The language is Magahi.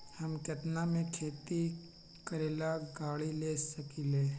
हम केतना में खेती करेला गाड़ी ले सकींले?